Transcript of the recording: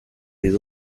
les